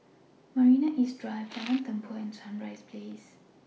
Marina East Drive Jalan Tempua and Sunrise Place